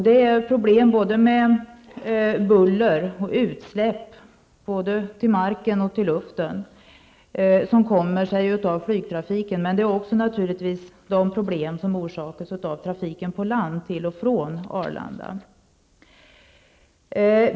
Det är problem med både buller och utsläpp, både till marken och till luften, som beror på flygtrafiken. Det förekommer naturligtvis också problem som orsakas av trafiken på land, till och från Arlanda.